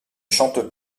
chante